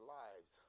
lives